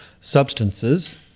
substances